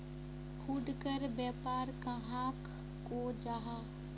फुटकर व्यापार कहाक को जाहा?